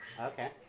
Okay